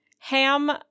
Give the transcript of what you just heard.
Ham